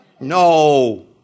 No